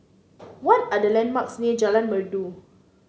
what are the landmarks near Jalan Merdu